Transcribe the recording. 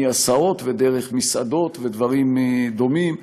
מהסעות ודרך מסעדות ודברים דומים.